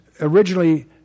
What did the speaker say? originally